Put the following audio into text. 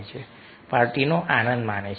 પાર્ટીનો આનંદ માણો